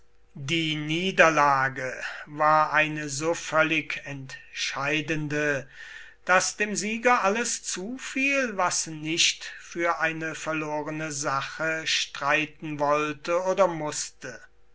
die niederlage war eine so völlig entscheidende daß dem sieger alles zufiel was nicht für eine verlorene sache streiten wollte oder mußte